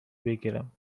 بگیرم